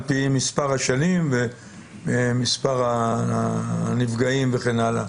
פי מספר השנים ומספר הנפגעים וכן הלאה?